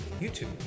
YouTube